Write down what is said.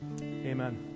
Amen